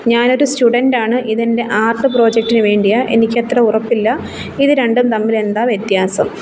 ഞാനൊരു സ്റ്റുഡന്റ്റാണ് ഇതെൻ്റെ ആർട്ട് പ്രൊജക്ടിന് വേണ്ടിയാണ് എനിക്കത്ര ഉറപ്പില്ല ഇത് രണ്ടും തമ്മിലെന്താ വ്യത്യാസം